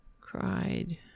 Cried